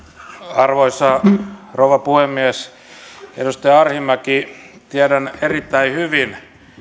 arvoisa rouva puhemies edustaja arhinmäki tiedän erittäin hyvin